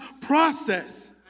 process